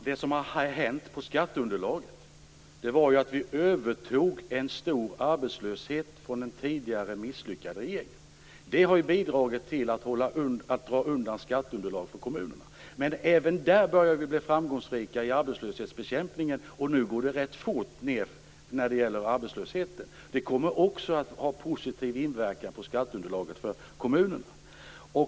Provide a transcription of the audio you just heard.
Fru talman! Det som hände när det gäller skatteunderlaget var att vi övertog en stor arbetslöshet från den tidigare, misslyckade regeringen. Det har bidragit till ett minskat skatteunderlag för kommunerna. Men även där börjar vi bli framgångsrika i arbetslöshetsbekämpningen, och nu minskar arbetslösheten ganska fort. Det kommer också att ha positiv inverkan på skatteunderlaget för kommunerna.